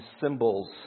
symbols